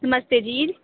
नमस्ते जी